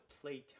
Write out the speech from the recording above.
playtime